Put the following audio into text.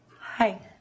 Hi